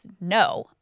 No